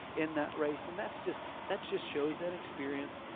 in that race, and that's just that just shows inexperience,